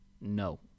no